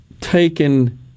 taken